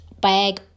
bag